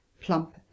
plump